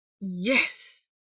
Yes